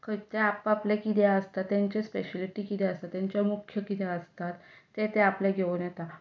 ते आपआपले कितें आसता तांची स्पेशियेलिटी कितें आसता तांचें मुख्य कितें आसता तें ते आपले घेवन येता